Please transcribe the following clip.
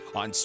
on